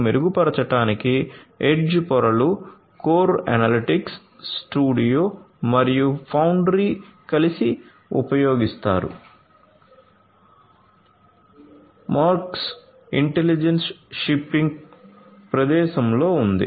Maersk intelligent shipping ప్రదేశంలో ఉంది